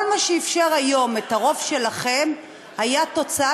כל מה שאִפשר היום את הרוב שלכם היה תוצאה